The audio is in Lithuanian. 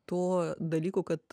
tuo dalyku kad